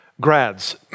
Grads